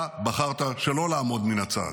אתה בחרת שלא לעמוד מן הצד,